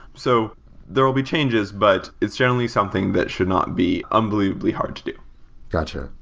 so there will be changes, but it's generally something that should not be unbelievably hard to do got you.